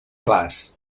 clars